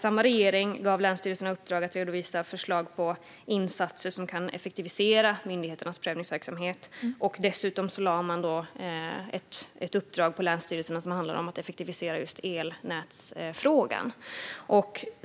Samma regering gav länsstyrelserna i uppdrag att redovisa förslag på insatser som kan effektivisera myndigheternas prövningsverksamhet. Dessutom lade man ett uppdrag på länsstyrelserna som handlade om att effektivisera just elnätsfrågan.